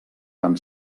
van